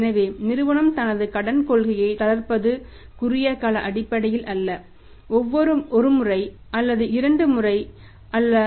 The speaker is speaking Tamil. எனவே நிறுவனம் தனது கடன் கொள்கையை தளர்ப்பது குறுகிய கால அடிப்படையில் அல்ல ஒருமுறை அல்லது இரண்டு முறை அல்ல